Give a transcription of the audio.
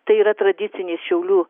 tai yra tradicinis šiaulių